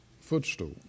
footstool